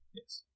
Yes